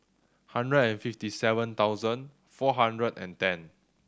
hundred and fifty seven thousand four hundred and ten